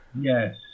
Yes